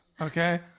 Okay